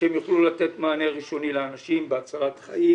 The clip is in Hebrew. שהן יוכלו לתת מענה ראשוני לאנשים בהצלת חיים